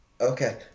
Okay